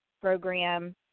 program